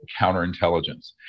counterintelligence